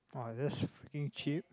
wow that's freaking cheap